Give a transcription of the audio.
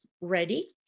ready